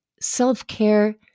self-care